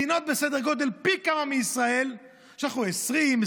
מדינות בסדר גודל פי כמה מישראל שלחו 20,